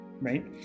Right